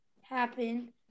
happen